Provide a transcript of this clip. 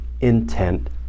intent